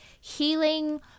healing